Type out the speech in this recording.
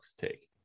take